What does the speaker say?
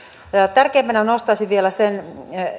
tärkeimpänä yhteiskuntamme kannalta nostaisin vielä sen